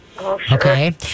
Okay